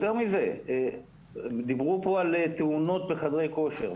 יותר מזה, דיברו פה על תאונות בחדרי כושר.